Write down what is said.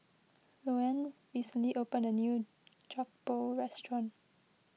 Luanne recently opened a new Jokbal Restaurant